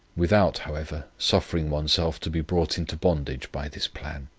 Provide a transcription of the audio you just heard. without, however, suffering oneself to be brought into bondage by this plan.